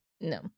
No